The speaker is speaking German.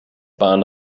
bahn